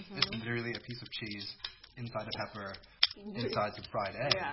it's literally a piece of cheese inside a pepper inside some fried egg, yeah